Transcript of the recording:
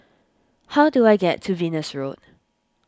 how do I get to Venus Road